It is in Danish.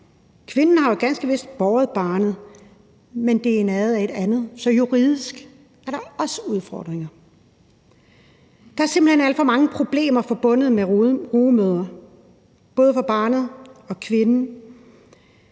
Kvinden har jo ganske vist båret barnet, men barnets dna er et andet, så juridisk er der også udfordringer. Der er simpelt hen alt for mange problemer forbundet med rugemoderskab, både for barnet og kvinden,